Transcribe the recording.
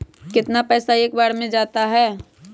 कितना पैसा एक बार में जाता है?